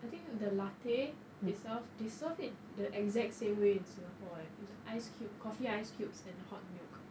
I think the latte itself they serve in the exact same way in singapore eh it is ice cube coffee ice cubes and hot milk